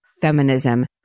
feminism